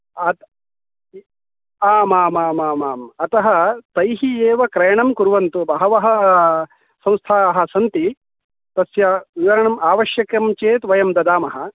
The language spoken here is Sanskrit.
आत आममाम् आम् आम् आम् अतः तैः एव क्रयणं कुर्वन्तु बहवः संस्थाः सन्ति तस्य विवरणम् आवश्यकं चेत् वयं ददामः